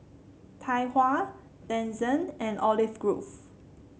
Tai Hua Denizen and Olive Grove